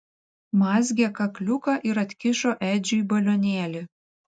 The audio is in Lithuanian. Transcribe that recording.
mazgė kakliuką ir atkišo edžiui balionėlį